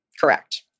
Correct